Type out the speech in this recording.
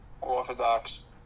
orthodox